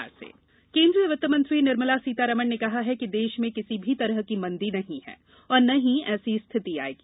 सीतारामन अर्थव्यवस्था केन्द्रीय वित्तमंत्री निर्मला सीतारामन ने कहा है कि देश में किसी भी तरह की मंदी नहीं है और न ही ऐसी स्थिति आयेगी